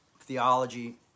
theology